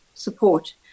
support